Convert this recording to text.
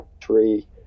three